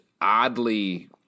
oddly